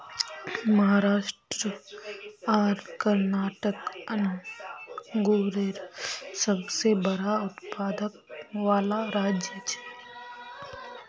महाराष्ट्र आर कर्नाटक अन्गुरेर सबसे बड़ा उत्पादक वाला राज्य छे